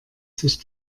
sich